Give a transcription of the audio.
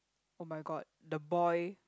oh-my-god the boy